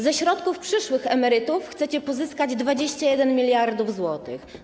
Ze środków przyszłych emerytów chcecie pozyskać 21 mld zł.